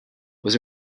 was